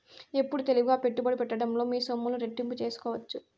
ఎప్పుడు తెలివిగా పెట్టుబడి పెట్టడంలో మీ సొమ్ములు రెట్టింపు సేసుకోవచ్చు